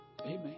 Amen